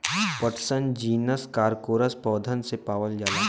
पटसन जीनस कारकोरस पौधन से पावल जाला